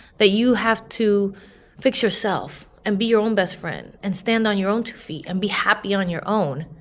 that you have to fix yourself and be your own best friend and stand on your own two feet and be happy on your own.